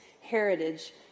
heritage